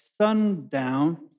sundown